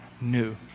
new